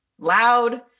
loud